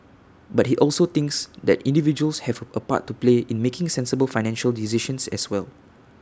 but he also thinks that individuals have A part to play in making sensible financial decisions as well